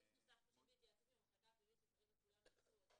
סעיף נוסף --- בהתייעצות עם המחלקה הפלילית שכרגע כולם יצאו,